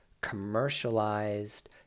commercialized